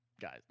Guys